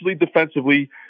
defensively